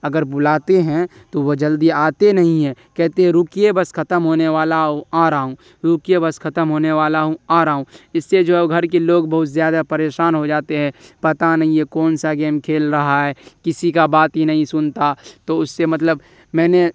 اگر بلاتے ہیں تو وہ جلدی آتے نہیں ہیں کہتے ہیں رکیے بس ختم ہونے والا آ رہا ہوں رکیے بس ختم ہونے والا ہوں آ رہا ہوں اس سے جو ہے وہ گھر کے لوگ بہت زیادہ پریشان ہو جاتے ہیں پتہ نہیں یہ کون سا گیم کھیل رہا ہے کسی کا بات ہی نہیں سنتا تو اس سے مطلب میں نے